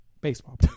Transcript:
Baseball